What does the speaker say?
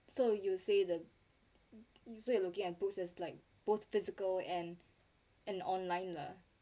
so you say the so you looking at books as like both physical and and online lah